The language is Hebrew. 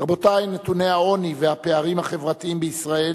רבותי, נתוני העוני והפערים החברתיים בישראל